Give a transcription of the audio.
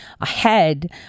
ahead